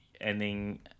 ending